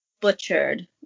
butchered